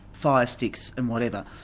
firesticks and whatever.